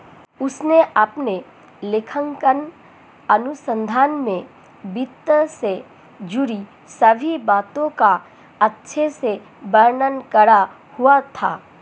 उसने अपने लेखांकन अनुसंधान में वित्त से जुड़ी सभी बातों का अच्छे से वर्णन करा हुआ था